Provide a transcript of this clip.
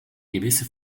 gewisse